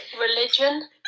Religion